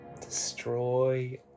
Destroy